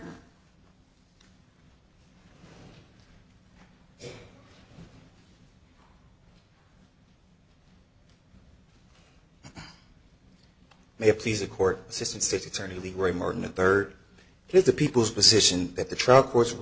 him